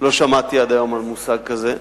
לא שמעתי עד היום על מושג כזה.